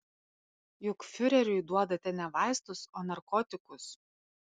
juk fiureriui duodate ne vaistus o narkotikus